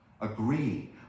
Agree